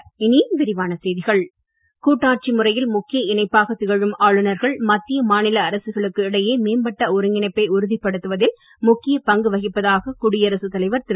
இனி விரிவான செய்திகள் கூட்டாட்சி முறையில் முக்கிய இணைப்பாக திகழும் ஆளுநர்கள் மத்திய மாநில அரசுகளுக்கு இடையே மேம்பட்ட ஒருங்கிணைப்பை உறுதிப்படுத்துவதில் முக்கிய பங்கு வகிப்பதாக குடியரசுத் தலைவர் திரு